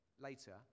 later